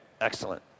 excellent